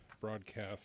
broadcast